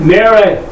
Mary